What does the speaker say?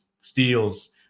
steals